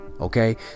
okay